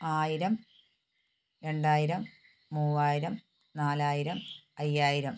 ആയിരം രണ്ടായിരം മൂവായിരം നാലായിരം അഞ്ചായിരം